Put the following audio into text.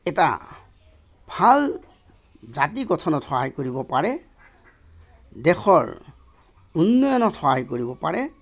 এটা ভাল জাতি গঠনত সহায় কৰিব পাৰে দেশৰ উন্নয়নত সহায় কৰিব পাৰে